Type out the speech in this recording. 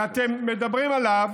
ואתם מדברים עליו